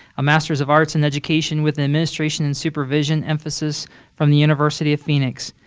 a master of arts in education with an administration and supervision emphasis from the university of phoenix.